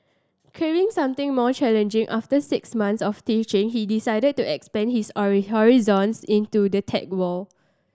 craving something more challenging after six months of teaching he decided to expand his horizons into the tech world